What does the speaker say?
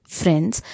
friends